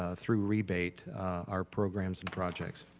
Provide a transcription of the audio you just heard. ah through rebate our programs and projects.